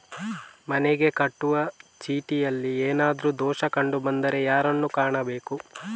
ಮನೆಗೆ ಕಟ್ಟುವ ಚೀಟಿಯಲ್ಲಿ ಏನಾದ್ರು ದೋಷ ಕಂಡು ಬಂದರೆ ಯಾರನ್ನು ಕಾಣಬೇಕು?